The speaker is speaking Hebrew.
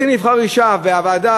רוצים לבחור אישה, והוועדה